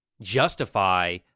justify